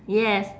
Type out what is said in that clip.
yes